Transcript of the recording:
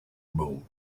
moon